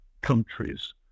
countries